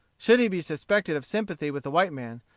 should he be suspected of sympathy with the white men,